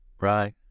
Right